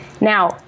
Now